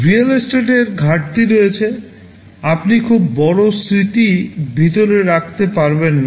real এস্টেটের ঘাটতি রয়েছে আপনি খুব বড় মেমরি ভিতরে রাখতে পারবেন না